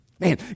Man